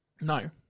No